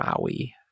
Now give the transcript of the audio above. Maui